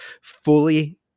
fully